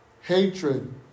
hatred